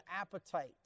appetite